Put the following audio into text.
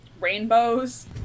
rainbows